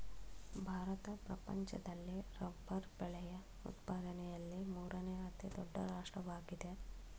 ಭಾರತ ಪ್ರಪಂಚದಲ್ಲಿ ರಬ್ಬರ್ ಬೆಳೆಯ ಉತ್ಪಾದನೆಯಲ್ಲಿ ಮೂರನೇ ಅತಿ ದೊಡ್ಡ ರಾಷ್ಟ್ರವಾಗಿದೆ